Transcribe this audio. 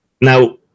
Now